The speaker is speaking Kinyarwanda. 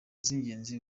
z’ingenzi